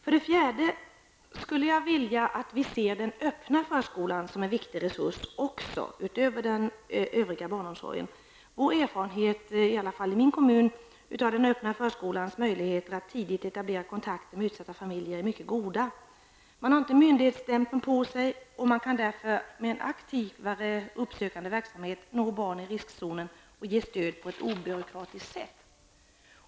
För det fjärde skulle jag vilja att också den öppna förskolan skulle ses som en viktig resurs utöver den övriga barnomsorgen. Erfarenheterna, åtminstone i min kommun, av de öppna förskolornas möjligheter att tidigt etablera kontakter med utsatta familjer är mycket goda. Man har inte myndighetsstämpeln på sig, och man kan därför med en aktivare uppsökande verksamhet nå barn i riskzonen och ge stöd på ett obyråkratiskt sätt.